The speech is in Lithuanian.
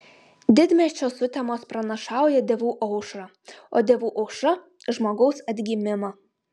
didmiesčio sutemos pranašauja dievų aušrą o dievų aušra žmogaus atgimimą